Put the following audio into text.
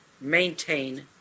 maintain